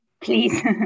please